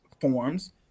forms